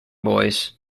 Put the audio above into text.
boys